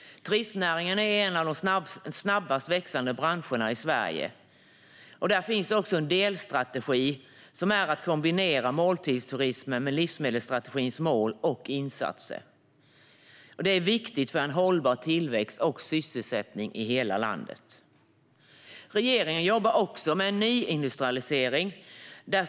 Turistnäringen är en av de snabbast växande branscherna i Sverige, och en delstrategi är att kombinera måltidsturism med livsmedelsstrategins mål och insatser. Det är viktigt för en hållbar tillväxt och sysselsättning i hela landet. Regeringen jobbar också med nyindustrialisering.